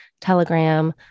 Telegram